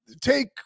take